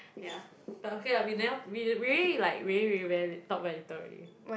yeah but okay lah we never we really like really really very talk very little already